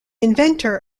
inventor